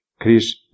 Chris